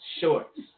shorts